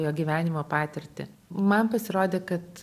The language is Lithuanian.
jo gyvenimo patirtį man pasirodė kad